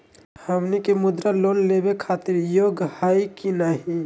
हमनी के मुद्रा लोन लेवे खातीर योग्य हई की नही?